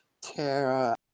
Tara